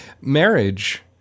marriage